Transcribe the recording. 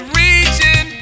reaching